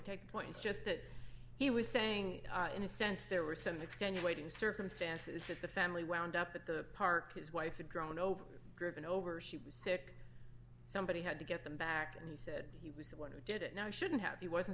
take points just that he was saying in a sense there were some extenuating circumstances that the family wound up at the park his wife had drawn over driven over she was sick somebody had to get them back and said he was the one who didn't know he shouldn't have he wasn't